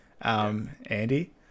Andy